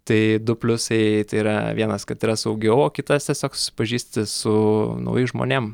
tai du pliusai tai yra vienas kad yra saugiau o kitas tiesiog susipažįsti su naujais žmonėm